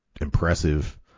impressive